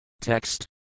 Text